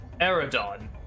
Eridon